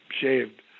shaved